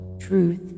truth